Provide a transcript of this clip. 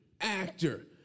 actor